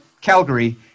Calgary